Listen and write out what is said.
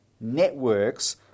Networks